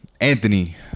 Anthony